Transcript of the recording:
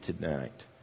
tonight